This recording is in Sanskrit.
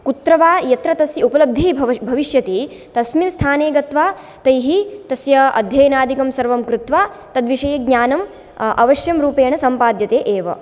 कुत्र वा यत्र तस्य उपलब्धिः भव भविष्यति तस्मिन् स्थाने गत्वा तैः तस्य अध्ययनाधिकं सर्वं कृत्वा तद्विषये ज्ञानं अवश्यम् रूपेण सम्पाद्यते एव